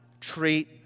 treat